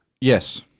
Yes